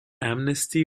amnesty